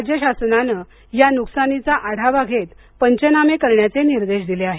राज्य शासनाने या नुकसानीचा आढावा घेत पंचनामे करण्याचे निर्देश दिले आहेत